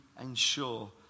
ensure